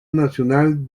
nacional